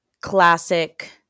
classic